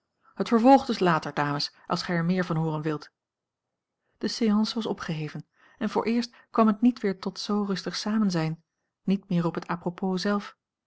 het vervolg dus later dames als gij er meer van hooren wilt de séance was opgeheven en vooreerst kwam het niet weer a l g bosboom-toussaint langs een omweg tot zoo rustig samenzijn niet meer op het apropos zelf